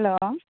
hello